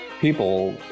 people